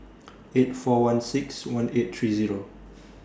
eight four one six one eight three Zero